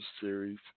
series